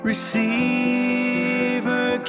Receiver